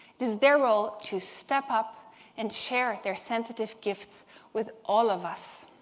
it is their role to step up and share their sensitive gifts with all of us.